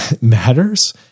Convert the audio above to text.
matters